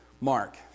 mark